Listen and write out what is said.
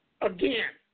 Again